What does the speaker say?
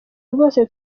rwose